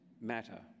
matter